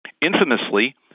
Infamously